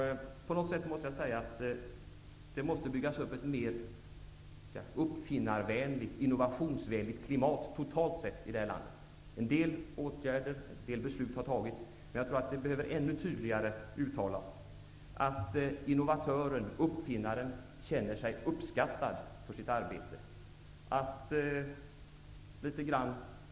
Jag måste säga att det på något sätt totalt sett måste skapas ett mera uppfinnar och innovationsvänligt klimat i vårt land. En del åtgärder har vidtagits, och en del beslut har fattats. Men jag tror att det behöver uttalas ännu tydligare att innovatören och uppfinnaren skall känna sig uppskattad för sitt arbete.